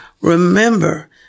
remember